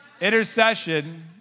intercession